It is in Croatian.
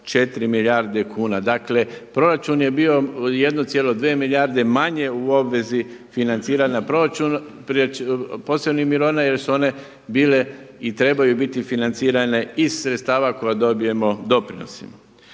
5,4 milijarde kuna. Dakle, proračun je bio 1,2 milijarde manje u obvezi financiranja proračuna, posebnih mirovina jer su one bile i trebaju biti financirane iz sredstava koja dobijemo doprinosima.